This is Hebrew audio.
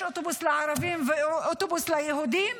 שיש אוטובוס לערבים ואוטובוס ליהודים?